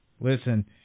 listen